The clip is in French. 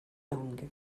langues